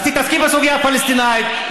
אז תתעסקי בסוגיה הפלסטינית.